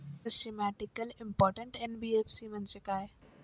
Systematically important NBFC म्हणजे काय?